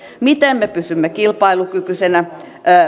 miten me pysymme kilpailukykyisenä